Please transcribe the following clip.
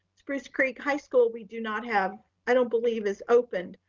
spruce creek high school we do not have, i don't believe is opened,